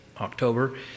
October